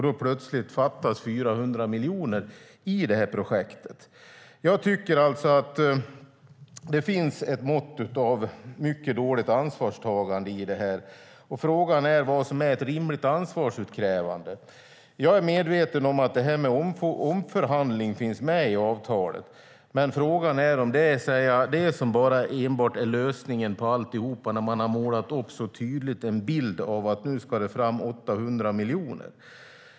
Då plötsligt fattas det 400 miljoner i det här projektet. Jag tycker att det finns ett mått av mycket dåligt ansvarstagande i det här. Frågan är vad som är ett rimligt ansvarsutkrävande. Jag är medveten om att det här med omförhandling finns med i avtalet, men frågan är om enbart det är lösningen på alltihop när man så tydligt har målat upp en bild av att det nu ska fram 800 miljoner.